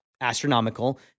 astronomical